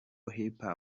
hip